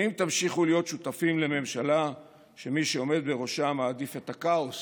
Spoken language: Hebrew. האם תמשיכו להיות שותפים לממשלה שמי שעומד בראשה מעדיף את הכאוס